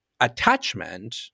attachment—